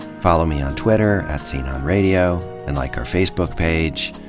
follow me on twitter at sceneonradio, and like our facebook page.